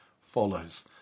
follows